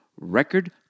record